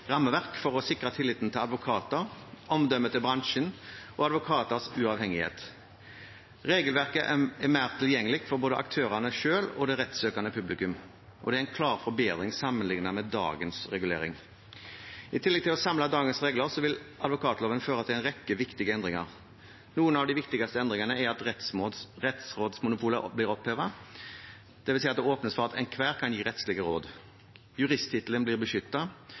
rammeverk for å sikre tilliten til advokater, omdømmet til bransjen og advokaters uavhengighet. Regelverket er mer tilgjengelig for både aktørene selv og det rettssøkende publikum. Og det er en klar forbedring, sammenliknet med dagens regulering. I tillegg til å samle dagens regler vil advokatloven føre til en rekke viktige endringer. Noen av de viktigste endringene er at rettsrådsmonopolet blir opphevet, det vil si at det åpnes for at enhver kan gi rettslige råd. Juristtittelen blir